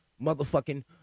motherfucking